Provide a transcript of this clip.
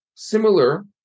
Similar